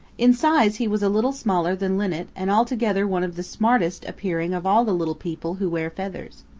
in size he was a little smaller than linnet and altogether one of the smartest appearing of all the little people who wear feathers.